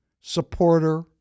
supporter